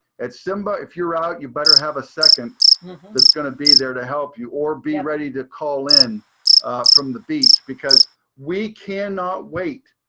at simba, if you're out, you better have a second that's going to be there to help you or be ready to call in from the beach because we cannot wait.